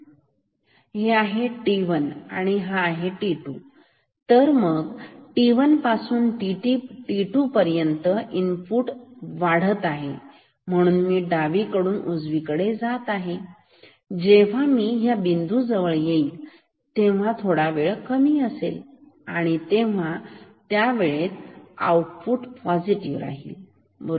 हे आहे t1 आणि हा आहे t2 तर मग t1 पासून t2 पर्यंत इनपुट वाढत आहे म्हणून मी डावीकडून उजवीकडे जात आहे जेव्हा मी या बिंदू जवळ येईल थोडा कमी असेल तेव्हा आउटपुट पोसिटीव्ह राहील बरोबर